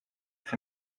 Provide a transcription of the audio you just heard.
for